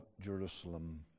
Jerusalem